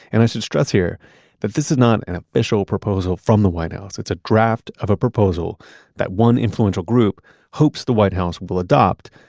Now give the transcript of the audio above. and i should stress here that this is not an official proposal from the white house. it's a draft of a proposal that one influential group hopes the white house will adopt,